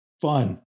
fun